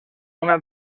una